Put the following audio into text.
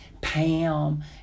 Pam